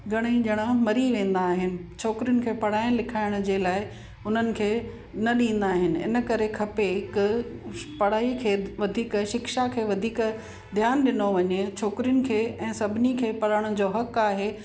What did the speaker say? घणे ई ॼणा मरी वेंदा आहिनि छोकिरियुनि खे पढ़ाइण लिखाइण जे लाइ हुननि खे न ॾींदा आहिनि इन करे खपे हिकु पढ़ाई खे वधीक शिक्षा खे वधीक ध्यान ॾिनो वञे छोकिरियुनि खे ऐं सभिनी खे पढ़ण जो हक़ु आहे